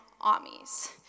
armies